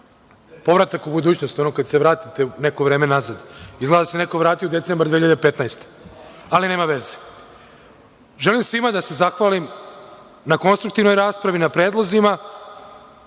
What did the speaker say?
povratak u budućnost, ono kad se vratite neko vreme nazad. Izgleda da se neko vratio u decembar 2015. godine, ali nema veze. Želim svima da se zahvalim na konstruktivnoj raspravi, na predlozima,